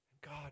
God